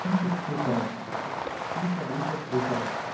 किञ्चित् स्वीकरोतु ईषद् ईषद् स्वीकरोतु